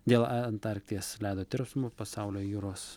dėl antarkties ledo tirpsmo pasaulio jūros